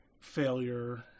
failure